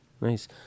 Nice